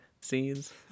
scenes